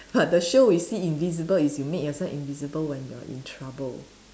the show we see invisible is you make yourself invisible when you are in trouble